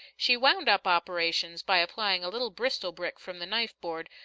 she wound up operations by applying a little bristol brick from the knife-board,